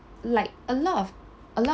like a lot of a lot